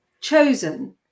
chosen